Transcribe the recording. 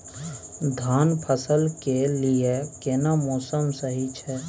धान फसल के लिये केना मौसम सही छै?